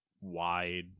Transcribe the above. wide